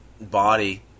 body